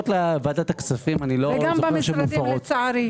וגם במשרדים לצערי.